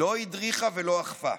לא הדריכה ולא אכפה.